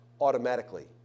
Automatically